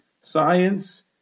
science